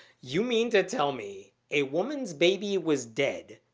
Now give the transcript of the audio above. you mean to tell me a woman's baby was dead,